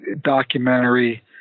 documentary